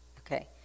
Okay